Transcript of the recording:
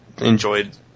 enjoyed